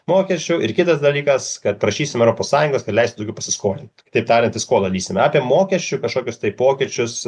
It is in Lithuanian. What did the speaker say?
mokesčių ir kitas dalykas kad prašysim europos sąjungos kad leistų daugiau pasiskolint kitaip tariant į skolą lįst na apie mokesčių kažkokius tai pokyčius